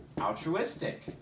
altruistic